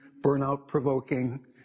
burnout-provoking